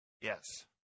Yes